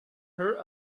her